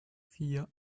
vier